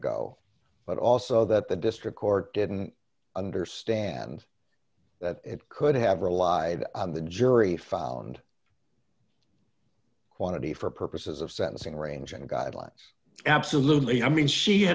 ago but also that the district court didn't understand that it could have relied on the jury found quantity for purposes of sentencing range and guidelines absolutely i mean she